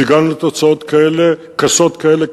שהגענו לתוצאות קשות כאלה.